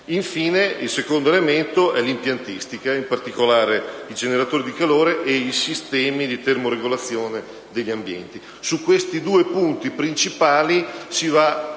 Il secondo intervento è sull'impiantistica, in particolare sui generatori di calore e sui sistemi di termoregolazione degli ambienti. Su questi due punti principali va